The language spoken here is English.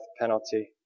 penalty